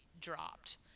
Dropped